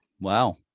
wow